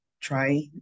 try